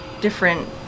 different